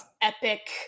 epic